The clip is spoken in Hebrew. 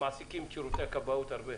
מעסיקים את שירותי הכבאות כל כך הרבה.